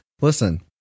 Listen